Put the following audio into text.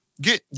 get